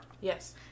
Yes